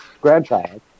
grandchild